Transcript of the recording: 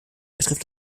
betrifft